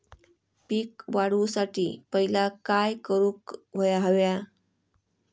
पीक वाढवुसाठी पहिला काय करूक हव्या?